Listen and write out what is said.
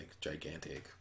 gigantic